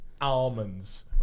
almonds